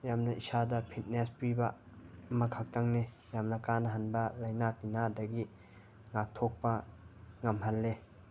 ꯌꯥꯝꯅ ꯏꯁꯥꯗ ꯐꯤꯠꯅꯦꯁ ꯄꯤꯕ ꯑꯃꯈꯛꯇꯪꯅꯤ ꯌꯥꯝꯅ ꯀꯥꯟꯅꯍꯟꯕ ꯂꯥꯏꯅꯥ ꯇꯤꯟꯅꯗꯒꯤ ꯉꯥꯛꯊꯣꯛꯄ ꯉꯝꯍꯜꯂꯤ